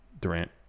Durant